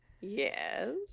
yes